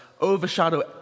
overshadow